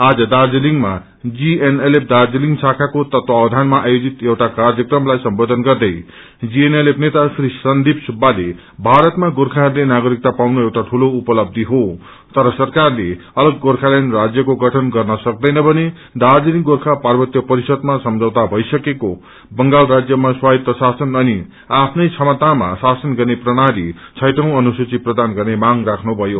आज दार्जीतिङमा जीएनएलएफ दार्जीलिङ शाखाको तत्वाधानमा आयोजित एउटा कार्यक्रमलाई सम्बोधन गर्दै जीएनएलएफ नेता श्री संदिप सुब्बाले भारतमा गोर्खहरूले नागरिकता पाउनुएउटा ठूलो उपतब्बि हो तर सरकारलेअलग गोर्खल्याण्ड राज्यको गठन गर्न सक्तैन भने दाज्रीलिङ गोर्खा पार्वत्य परिषदामा सम्जौता भई सकेको बंगाल राज्यमा स्वायत्त शासन अनि आफ्नै क्षमातामा शासन गर्ने प्रणाली छैटी अनुसूचि प्रदान गर्ने मांग राख्नु भयो